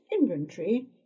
inventory